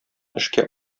эшкә